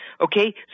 Okay